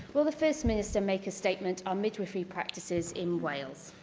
will the first minister make a statement on midwifery practices in wales?